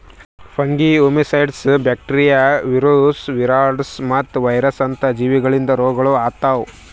fungi, oomycetes, bacteria, viruses, viroids ಮತ್ತ virus ಅಂತ ಜೀವಿಗೊಳಿಂದ್ ರೋಗಗೊಳ್ ಆತವ್